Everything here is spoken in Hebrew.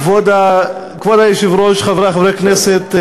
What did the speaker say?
כבוד היושב-ראש, חברי חברי הכנסת,